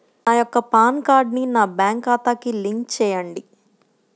నా యొక్క పాన్ కార్డ్ని నా బ్యాంక్ ఖాతాకి లింక్ చెయ్యండి?